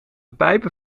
pijpen